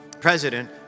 president